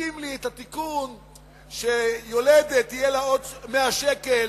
תסכים לתיקון שיולדת יהיו לה עוד 100 שקל,